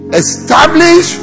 establish